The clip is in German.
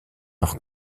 noch